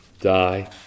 die